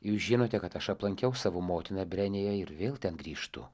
jūs žinote kad aš aplankiau savo motiną brenije ir vėl ten grįžtu